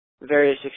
various